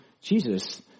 Jesus